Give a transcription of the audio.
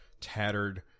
tattered